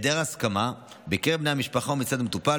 בהיעדר הסכמה בקרב בני המשפחה או מצד המטופל,